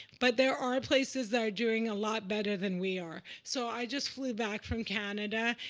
but there are places that are doing a lot better than we are. so i just flew back from canada,